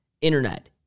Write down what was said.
Internet